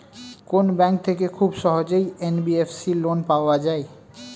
কোন ব্যাংক থেকে খুব সহজেই এন.বি.এফ.সি লোন পাওয়া যায়?